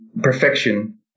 perfection